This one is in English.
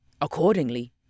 Accordingly